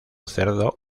cerdo